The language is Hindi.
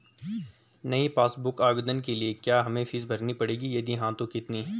नयी पासबुक बुक आवेदन के लिए क्या हमें फीस भरनी पड़ेगी यदि हाँ तो कितनी?